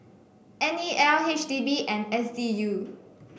N E L H D B and S D U